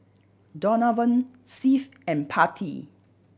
Donavon Seth and Patti